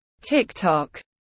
TikTok